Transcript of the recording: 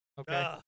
Okay